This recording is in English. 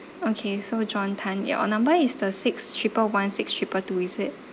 okay so john tan your number is the six triple one six triple two is it